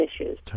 issues